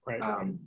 Right